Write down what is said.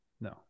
No